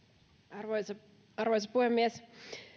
arvoisa arvoisa puhemies